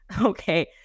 Okay